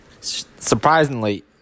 surprisingly